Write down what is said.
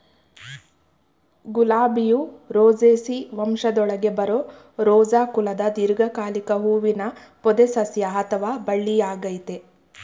ಗುಲಾಬಿಯು Rosaceae ವಂಶದೊಳಗೆ ಬರೋ Rosa ಕುಲದ ದೀರ್ಘಕಾಲಿಕ ಹೂವಿನ ಪೊದೆಸಸ್ಯ ಅಥವಾ ಬಳ್ಳಿಯಾಗಯ್ತೆ